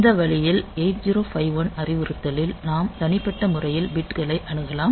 இந்த வழியில் 8051 அறிவுறுத்தலில் நாம் தனிப்பட்ட முறையில் பிட் களை அணுகலாம்